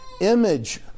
image